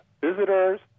visitors